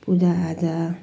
पूजाआजा